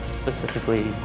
Specifically